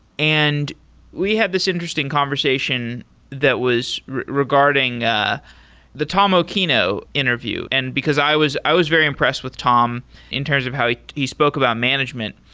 and we have this interesting conversation that was regarding the tom occhino interview, and because i was i was very impressed with tom in terms of how he spoke about management.